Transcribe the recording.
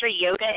yoga